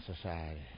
society